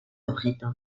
objeto